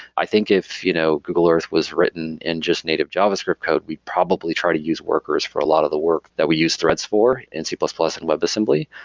i think if you know google earth was written in just native javascript code, we probably try to use workers for a lot of the work that we use threads for in c plus plus and webassembly.